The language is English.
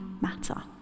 matter